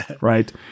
right